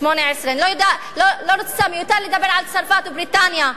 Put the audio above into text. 18. מיותר לדבר על צרפת ובריטניה.